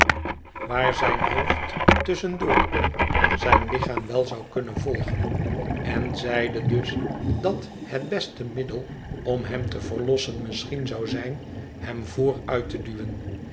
waar zijn hoofd tusschen door kon zijn lichaam wel zou kunnen volgen en zeide dus dat het beste middel om hem te verlossen misschien zou zijn hem vooruit te duwen